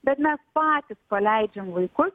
bet mes patys paleidžiam vaikus